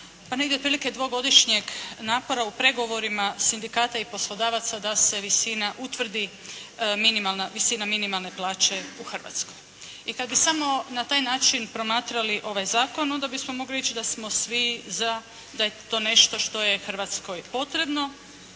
pa negdje otprilike dvogodišnjeg napora u pregovorima sindikata i poslodavaca da se visina utvrdi minimalna, visina minimalne plaće u Hrvatskoj. I kad bi samo na taj način promatrali ovaj zakon onda bismo mogli reći da smo svi za da je to nešto što je Hrvatskoj potrebno